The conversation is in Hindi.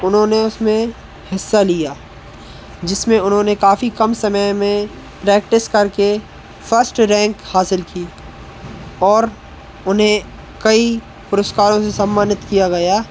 उन्होंने उसमें हिस्सा लिया जिसमें उन्होंने काफ़ी कम समय में प्रैक्टिस करके फर्स्ट रैंक हासिल की और उन्हें कई पुरस्कारों से सम्मानित किया गया